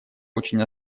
очень